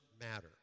matter